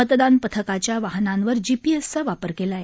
मतदान पथकाच्या वाहनांवर जीपीएसचा वापर केला आहे